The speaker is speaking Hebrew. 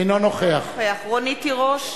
אינו נוכח רונית תירוש,